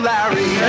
Larry